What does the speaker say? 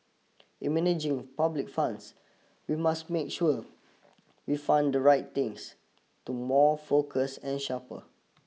in managing public funds we must make sure we fund the right things to more focused and sharper